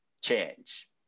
change